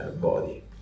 body